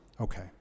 Okay